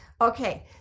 Okay